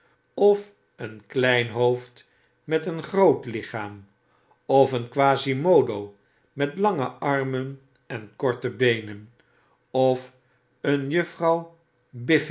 of een klein hoofd en een groot lichaam of een quasimodo met lange armen en korte beenen of een juffrouw